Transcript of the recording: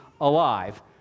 alive